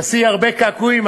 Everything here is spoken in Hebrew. תעשי הרבה קעקועים,